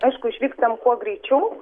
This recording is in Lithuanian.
aišku išvykstam kuo greičiau